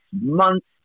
months